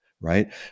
right